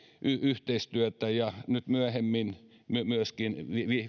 yhteistyötä ja nyt myöhemmin myöskin